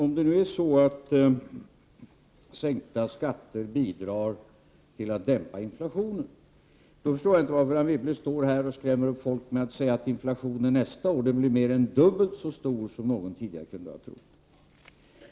Fru talman! Om sänkta skatter bidrar till att dämpa inflationen, förstår jag inte varför Anne Wibble står här och skrämmer upp folk genom att säga att inflationen nästa år kommer att bli mer än dubbelt så stor som någon tidigare kunde ha trott.